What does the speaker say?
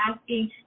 asking